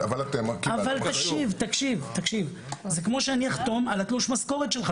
זה כמו שאני אחתום על תלוש המשכורת שלך.